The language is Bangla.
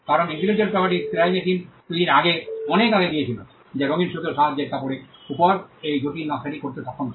কারণ ইন্টেলেকচুয়াল প্রপার্টি সেলাই মেশিন তৈরির আগে অনেক আগে গিয়েছিল যা রঙিন সুতোর সাহায্যে কাপড়ের উপর এই জটিল নকশাটি করতে সক্ষম ছিল